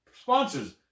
sponsors